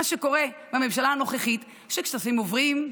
מה שקורה בממשלה הנוכחית זה שכספים עוברים,